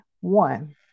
one